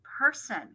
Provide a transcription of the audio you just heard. person